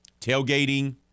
Tailgating